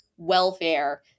Welfare